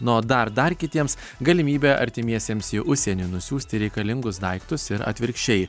na o dar dar kitiems galimybė artimiesiems į užsienį nusiųsti reikalingus daiktus ir atvirkščiai